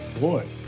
boy